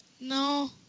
No